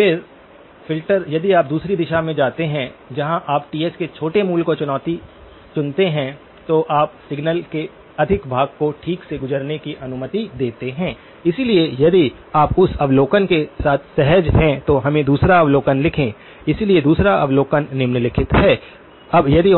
तो फिर फ़िल्टर यदि आप दूसरी दिशा में जाते हैं जहां आप Ts के छोटे मूल्य को चुनते हैं तो आप सिग्नल के अधिक भाग को ठीक से गुजरने की अनुमति देते हैं इसलिए यदि आप उस अवलोकन के साथ सहज हैं तो हमें दूसरा अवलोकन लिखें इसलिए दूसरा अवलोकन निम्नलिखित है अब यदि